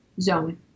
zone